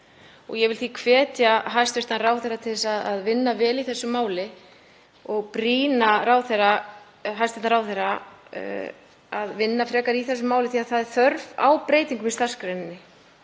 Ég vil því hvetja hæstv. ráðherra til að vinna vel í þessu máli og brýna hana til þess að vinna frekar í þessu máli því að það er þörf á breytingum í starfsgreininni,